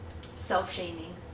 self-shaming